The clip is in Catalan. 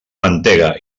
mantega